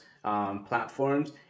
Platforms